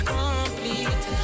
complete